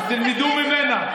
אז תלמדו ממנה.